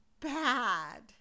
bad